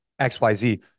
XYZ